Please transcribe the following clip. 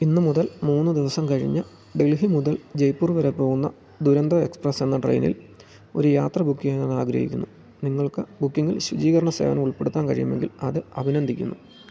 ഇന്നു മുതൽ മൂന്നു ദിവസം കഴിഞ്ഞ് ഡൽഹി മുതൽ ജയ്പൂർ വരെ പോവുന്ന ദുരന്തോ എക്സ്പ്രസ്സെന്ന ട്രെയിനിൽ ഒരു യാത്ര ബുക്ക് ചെയ്യാൻ ഞാൻ ആഗ്രഹിക്ക്ന്നു നിങ്ങൾക്ക് ബുക്കിംഗിൽ ശുചീകരണ സേവനം ഉൾപ്പെടുത്താന് കഴിയുമെങ്കിൽ അത് അഭിനന്ദിക്കുന്നു